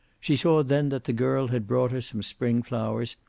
she saw then that the girl had brought her some spring flowers,